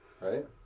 right